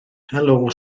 helo